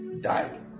died